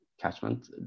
catchment